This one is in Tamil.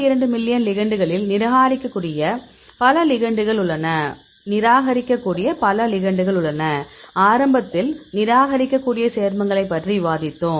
2 மில்லியன் லிகெண்டுகளில் நிராகரிக்கக்கூடிய பல லிகெண்டுகள் உள்ளன ஆரம்பத்தில் நிராகரிக்கக்கூடிய சேர்மங்களைப் பற்றி விவாதித்தோம்